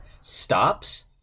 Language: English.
stops